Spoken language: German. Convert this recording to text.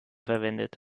verwendet